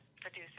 producer